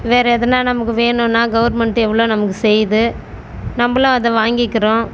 வேறே எதுனால் நமக்கு வேணுன்னால் கவர்மெண்ட் எவ்வளோ நமக்கு செய்து நம்மளும் அதை வாங்கிக்கிறோம்